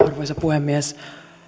arvoisa puhemies